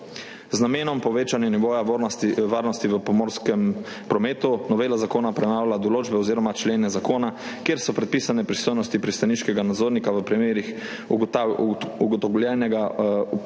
Z namenom povečanja nivoja varnosti v pomorskem prometu novela zakona prenavlja določbe oziroma člene zakona, kjer so predpisane pristojnosti pristaniškega nadzornika v primerih ugotovljenega upravljanja